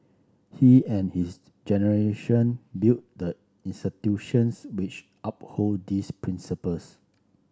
he and his generation built the which uphold these principles